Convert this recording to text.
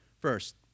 First